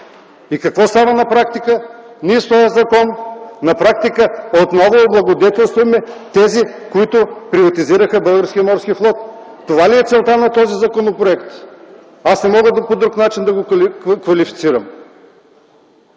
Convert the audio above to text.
Какво става на практика? С този закон отново облагодетелстваме тези, които приватизираха Българския морски флот! Това ли е целта на този законопроект? Аз не мога по друг начин да го квалифицирам!